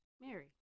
Mary